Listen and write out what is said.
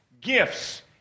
gifts